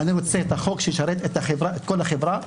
שאני מניח שהיא אחת הסוגיות הקרובות ביותר ללבך וגם ללבי,